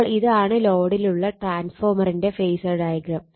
അപ്പോൾ ഇതാണ് ലോഡിലുള്ള ട്രാൻസ്ഫോർമറിന്റെ ഫേസർ ഡയഗ്രം